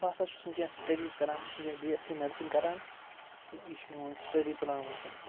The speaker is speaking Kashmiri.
بہٕ ہَسا چھُس وٕنکٮ۪س سِٹیڈیٖز کَران بہٕ چھُس وٕنکٮ۪نَس بی اٮ۪س سی نٔرسِنٛگ کَران تہٕ یہِ چھُ مےٚ میون سِٹیڈی پُلان وٕنکٮ۪نَس